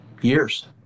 years